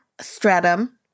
stratum